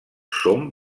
són